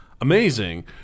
Amazing